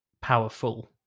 powerful